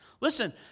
Listen